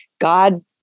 God